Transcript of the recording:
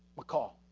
we call.